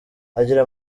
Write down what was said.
agira